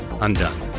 undone